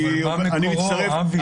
אבל מה מקורו, אבי?